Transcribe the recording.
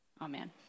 Amen